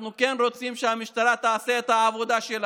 אנחנו כן רוצים שהמשטרה תעשה את העבודה שלה,